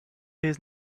his